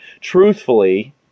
Truthfully